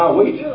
wait